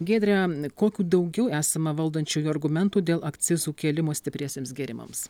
giedre kokių daugiau esama valdančiųjų argumentų dėl akcizų kėlimo stipriesiems gėrimams